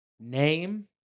Name